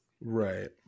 Right